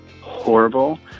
horrible